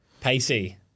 pacey